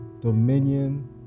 dominion